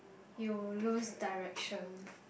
you lose direction